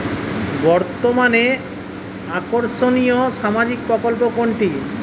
বর্তমানে আকর্ষনিয় সামাজিক প্রকল্প কোনটি?